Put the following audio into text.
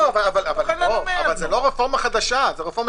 אבל זו לא רפורמה חדשה.